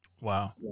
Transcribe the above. Wow